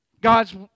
God's